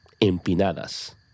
empinadas